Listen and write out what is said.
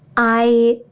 i.